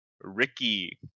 Ricky